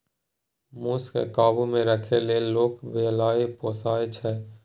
मुस केँ काबु मे राखै लेल लोक बिलाइ पोसय छै